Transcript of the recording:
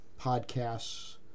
podcasts